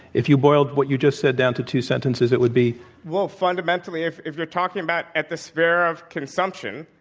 if you boiled what you just said down to two sentences, it would be well, fundamentally, if if you're talking about at the sphere of consumption,